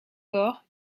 corps